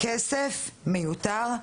כסף מיותר,